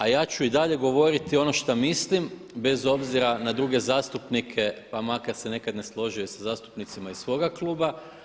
A ja ću i dalje govoriti ono što mislim bez obzira na druge zastupnike pa makar se nekada i ne složio sa zastupnicima iz svoga kluba.